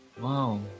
wow